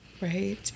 Right